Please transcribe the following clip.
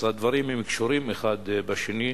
אז הדברים קשורים אחד בשני.